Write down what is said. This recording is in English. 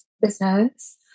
business